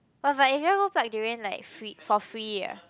but but it very looks like durian free like for free ah